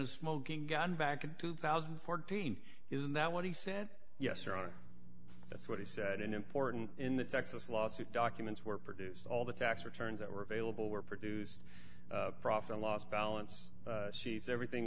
a smoking gun back in two thousand and fourteen isn't that what he said yes your honor that's what he said unimportant in the texas lawsuit documents were produced all the tax returns that were available were produced profit and loss balance sheets everything